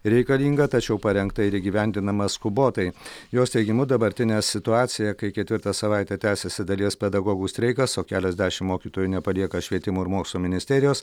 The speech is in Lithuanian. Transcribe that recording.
reikalinga tačiau parengta ir įgyvendinama skubotai jos teigimu dabartinė situacija kai ketvirtą savaitę tęsiasi dalies pedagogų streikas o keliasdešimt mokytojų nepalieka švietimo ir mokslo ministerijos